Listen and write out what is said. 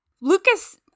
Lucas